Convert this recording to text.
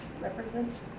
represents